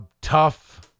tough